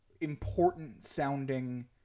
important-sounding